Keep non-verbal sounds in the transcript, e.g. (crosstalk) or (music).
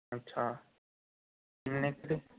ਅੱਛਾ (unintelligible) ਇੱਥੇ